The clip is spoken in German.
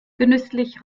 genüsslich